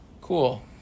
cool